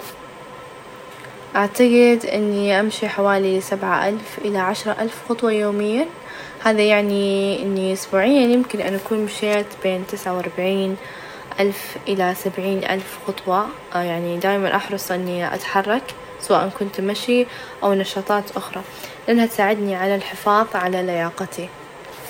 أعتقد إني أمشي حوالي سبعة ألف إلى عشرة ألف خطوة يوميًا، هذا يعني إني أسبوعيًا يمكن أن أكون مشيت بين تسعة وأربعين ألف إلى سبعين ألف خطوة يعني دايمًا أحرص إني أتحرك سواء أن كنت مشي ،أو نشاطات أخرى ؛لأنها تساعدني على الحفاظ على لياقتي.